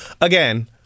again